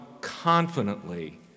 confidently